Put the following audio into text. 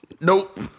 Nope